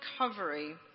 recovery